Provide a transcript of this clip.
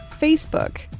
Facebook